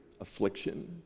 affliction